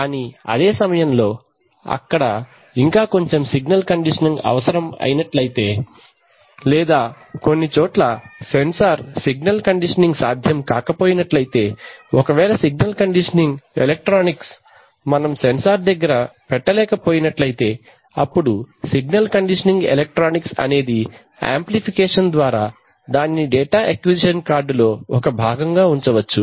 కానీ అదే సమయంలో అక్కడ ఇంకా కొంచెం సిగ్నల్ కండిషనింగ్ అవసరం అయినట్లయితే లేదా కొన్నిచోట్ల సెన్సార్ సిగ్నల్ కండిషనింగ్ సాధ్యం కాకపోయినట్లయితే ఒకవేళ సిగ్నల్ కండిషనింగ్ ఎలక్ట్రానిక్స్ మనం సెన్సార్ దగ్గర పెట్ట లేకపోయినట్లయితే అప్పుడు సిగ్నల్ కండిషన్ ఎలక్ట్రానిక్స్ అనేది ఆంప్లిఫికేషన్ ద్వారా దానిని డేటా అక్విజిషన్ కార్డులో ఒక భాగంగా ఉంచవచ్చు